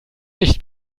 nicht